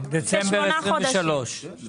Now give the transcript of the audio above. אחרי שהוא